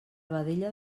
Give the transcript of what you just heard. vedella